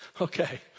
Okay